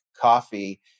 coffee